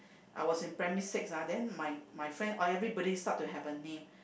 I was in primary six ah then my my friend oh everybody start to have a name